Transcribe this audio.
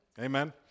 Amen